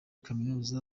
kaminuza